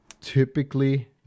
typically